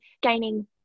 gaining